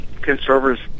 conservatives